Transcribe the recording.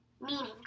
MEANINGS